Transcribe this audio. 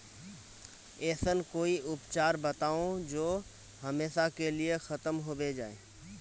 ऐसन कोई उपचार बताऊं जो हमेशा के लिए खत्म होबे जाए?